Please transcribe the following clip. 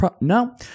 No